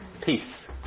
peace